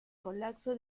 colapso